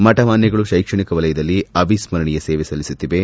ಮಠಮಾನ್ಗಗಳು ಶೈಕ್ಷಣಿಕ ವಲಯದಲ್ಲಿ ಅವಿಸ್ತರಣೀಯ ಸೇವೆ ಸಲ್ಲಿಸುತ್ತಿವೆ